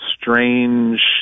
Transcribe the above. strange